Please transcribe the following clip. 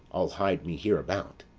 i'll hide me hereabout.